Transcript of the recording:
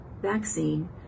vaccine